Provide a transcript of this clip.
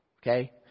Okay